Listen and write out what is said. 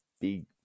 big